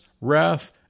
wrath